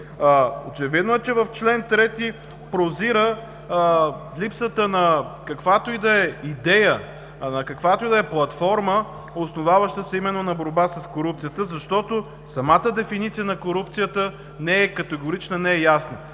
Очевидно е, че в чл. 3 прозира липсата на каквато и да е идея, каквато и да е платформа, основаваща се именно на борба с корупцията, защото самата дефиниция на корупцията не е категорична, не е ясна.